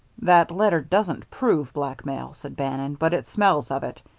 that letter doesn't prove blackmail, said bannon, but it smells of it.